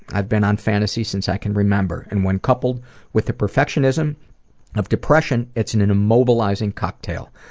i've been on fantasy since i can remember, and when coupled with the perfectionism of depression, it's an an immobilizing cocktail.